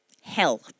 hell